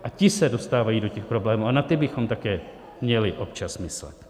A ti se dostávají do problémů a na ty bychom také měli občas myslet.